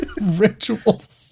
Rituals